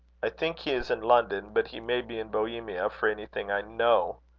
i think he is in london but he may be in bohemia, for anything i know.